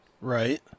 Right